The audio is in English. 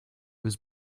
was